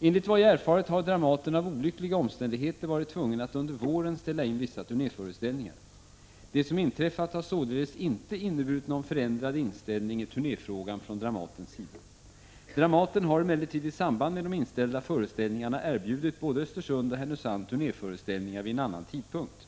Enligt vad jag erfarit har Dramaten av olyckliga omständigheter varit tvungen att under våren ställa in vissa turnéföreställningar. Det som inträffat har således inte inneburit någon förändrad inställning i turnéfrågan från Dramatens sida. Dramaten har emellertid i samband med de inställda föreställningarna erbjudit både Östersund och Härnösand turnéföreställningar vid en annan tidpunkt.